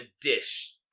dish